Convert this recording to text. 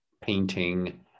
painting